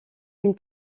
une